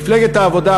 מפלגת העבודה,